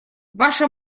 ваша